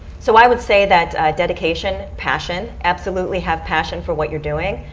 so i would say that dedication, passion, absolutely have passion for what you're doing.